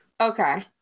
okay